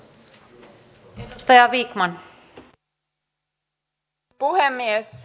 arvoisa puhemies